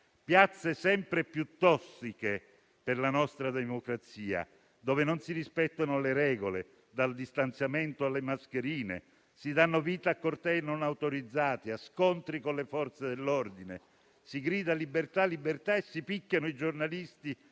piazze, sempre più tossiche per la nostra democrazia, dove non si rispettano le regole (dal distanziamento, alle mascherine), si danno vita a cortei non autorizzati e a scontri con le Forze dell'ordine, si grida «libertà, libertà» e si picchiano i giornalisti